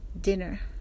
dinner